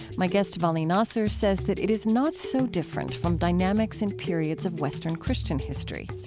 my guest, vali nasr, says that it is not so different from dynamics in periods of western christian history.